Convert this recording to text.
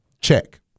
Check